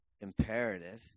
imperative